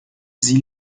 sie